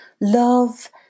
love